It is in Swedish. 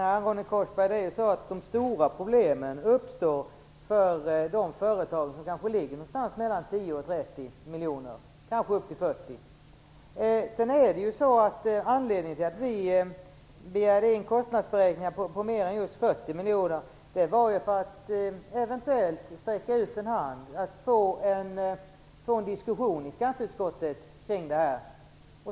Fru talman! De stora problemen uppstår för de företag som ligger mellan 10 och 30 miljoner och kanske upp till 40 miljoner, Ronny Korsberg. Anledningen till att vi begärde in kostnadsberäkningar på mer än just 40 miljoner var för att eventuellt sträcka ut en hand och få en diskussion i skatteutskottet kring detta.